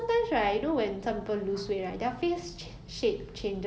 oh I know when they lose cheek fat dermal fat ya